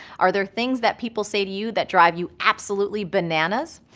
are there things that people say to you that drive you absolutely bananas?